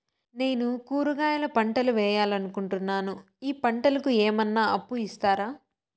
నేను కూరగాయల పంటలు వేయాలనుకుంటున్నాను, ఈ పంటలకు ఏమన్నా అప్పు ఇస్తారా?